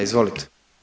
Izvolite.